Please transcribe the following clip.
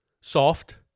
Soft